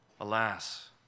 Alas